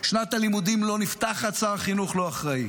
שנת הלימודים לא נפתחת, שר החינוך לא אחראי,